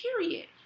period